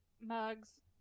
mugs